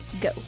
go